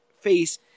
face